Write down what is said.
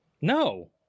No